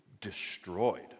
destroyed